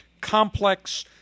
complex